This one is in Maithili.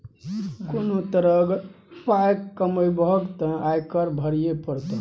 कोनो तरहे अगर पाय कमेबहक तँ आयकर भरइये पड़त